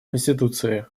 конституции